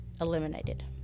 eliminated